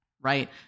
right